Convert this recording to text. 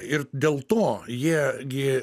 ir dėl to jie gi